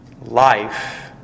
Life